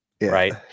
Right